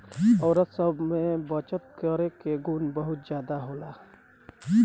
औरत सब में बचत करे के गुण बहुते ज्यादा होखेला